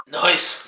nice